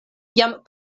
jam